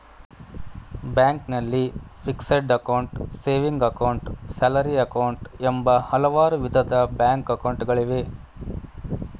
ಬ್ಯಾಂಕ್ನಲ್ಲಿ fixed account, saving account, salary account, ಎಂಬ ಹಲವಾರು ವಿಧದ ಬ್ಯಾಂಕ್ ಅಕೌಂಟ್ ಗಳಿವೆ